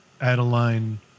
Adeline